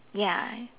ya